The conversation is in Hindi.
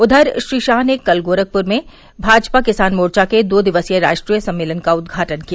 उधर श्री शाह ने कल गोरखपुर में भाजपा किसान मोर्चा के दो दिवसीय राष्ट्रीय सम्मेलन का उद्घाटन किया